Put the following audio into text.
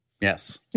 Yes